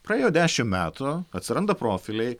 praėjo dešimt metų atsiranda profiliai